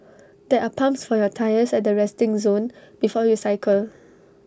there are pumps for your tyres at the resting zone before you cycle